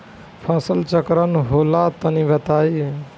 फसल चक्रण का होला तनि बताई?